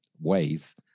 ways